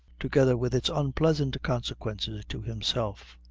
together with its unpleasant consequences to himself.